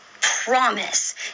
promise